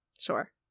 Sure